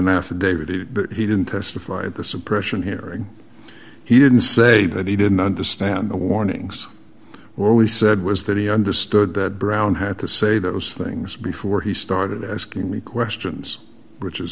affidavit he didn't testify at the suppression hearing he didn't say that he didn't understand the warnings were we said was that he understood that brown had to say those things before he started asking me questions which is